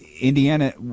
Indiana